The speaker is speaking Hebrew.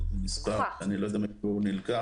אני לא יודע מהיכן הוא נלקח.